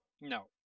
No